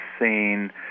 seen